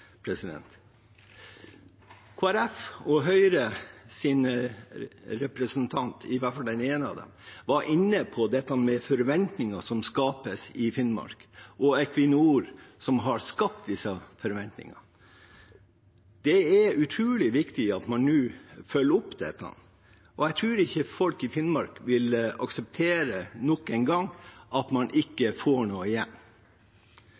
og Høyres representanter, iallfall den ene av dem, var inne på dette med forventninger som ble skapt i Finnmark, og at Equinor har skapt disse forventningene. Det er utrolig viktig at man nå følger opp dette. Jeg tror ikke folk i Finnmark nok en gang vil akseptere at man ikke får noe igjen.